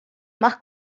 más